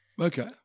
Okay